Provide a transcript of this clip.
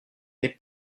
n’est